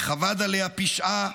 וכבד עליה פשעה,